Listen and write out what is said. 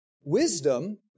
Wisdom